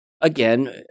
again